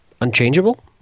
unchangeable